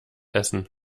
essen